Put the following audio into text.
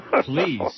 Please